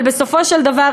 אבל בסופו של דבר,